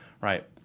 right